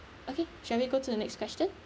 okay shall we go to the next question